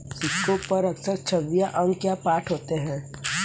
सिक्कों पर अक्सर छवियां अंक या पाठ होते हैं